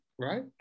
right